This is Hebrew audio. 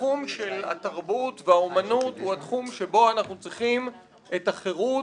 התחום של התרבות והאמנות הוא התחום שבו אנחנו צריכים את החירות,